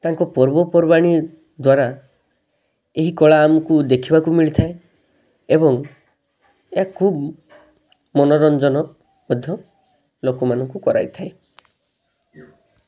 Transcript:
ତାଙ୍କ ପର୍ବପର୍ବାଣି ଦ୍ୱାରା ଏହି କଳା ଆମକୁ ଦେଖିବାକୁ ମିଳିଥାଏ ଏବଂ ଏହା ଖୁବ୍ ମନୋରଞ୍ଜନ ମଧ୍ୟ ଲୋକମାନଙ୍କୁ କରାଇଥାଏ